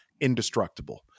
indestructible